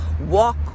walk